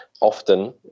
often